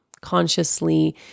consciously